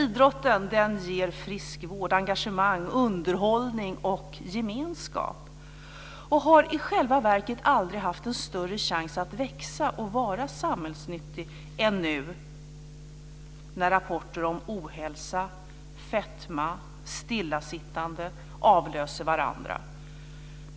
Idrotten ger friskvård, engagemang, underhållning och gemenskap och har i själva verket aldrig haft en större chans att växa och vara samhällsnyttig än nu när rapporter om ohälsa, fetma och stillasittande avlöser varandra.